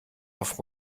auf